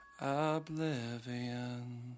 oblivion